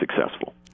successful